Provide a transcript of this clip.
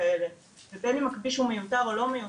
זה ובין אם הכביש הוא מיותר או לא מיותר,